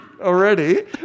already